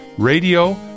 Radio